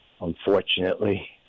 Unfortunately